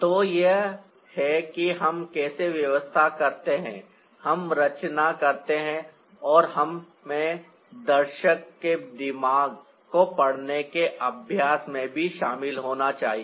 तो यह है कि हम कैसे व्यवस्था करते हैं हम रचना करते हैं और हमें दर्शक के दिमाग को पढ़ने के अभ्यास में भी शामिल होना चाहिए